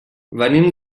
venim